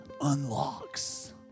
unlocks